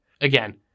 Again